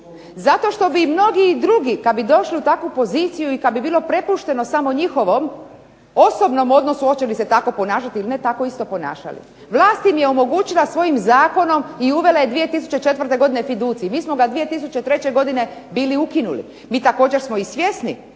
Zato što bi mnogi drugi kad bi došli u takvu poziciju i kad bi bilo prepušteno samo njihovom osobnom odnosu hoće li se tako ponašati ili ne, tako isto ponašali. Vlast im je omogućila svojim zakonom i uvela je 2004. godine fiducij. Mi smo ga 2003. godine bili ukinuli. Mi također smo i svjesni